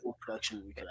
production